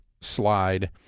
slide